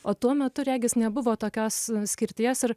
o tuo metu regis nebuvo tokios skirties ir